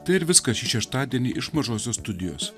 tai ir viskas šį šeštadienį iš mažosios studijos